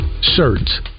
shirts